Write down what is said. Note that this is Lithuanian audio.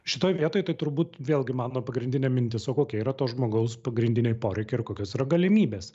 šitoj vietoj tai turbūt vėlgi mano pagrindinė mintis o kokie yra to žmogaus pagrindiniai poreikiai ir kokios yra galimybės